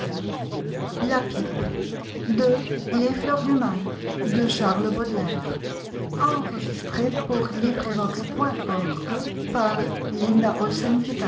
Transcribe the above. les fleurs du mal